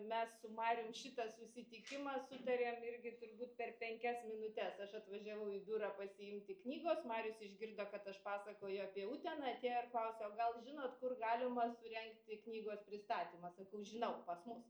mes su marium šitą susitikimą sutarėm irgi turbūt per penkias minutes aš atvažiavau į biurą pasiimti knygos marius išgirdo kad aš pasakoju apie uteną atėjo ir klausia o gal žinot kur galima surengti knygos pristatymą sakau žinau pas mus